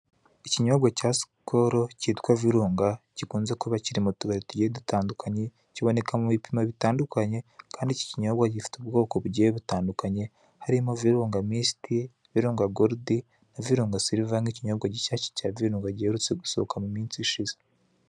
Ikinyobwa cya sikoro cyitwa virunga, gikunze kuba cyiri mu tubari tugiye dutandukanye, kiboneka mu bipimo bitandukanye, kandi iki kinyobwa gifite ubwoko bugiye butandukanye, harimo virunga misitiri, virunga goludi, na virunga siriva nk'ikinyobwa cya virunga giherutse gusohoka mu minsi ishize.